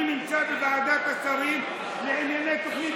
אני נמצא בוועדת השרים לענייני תוכנית